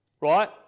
right